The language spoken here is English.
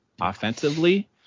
offensively